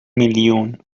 میلیون